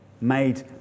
made